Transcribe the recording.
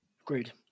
Agreed